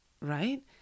right